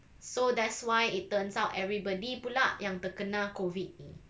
so that's why it turns out everybody pula yang terkena COVID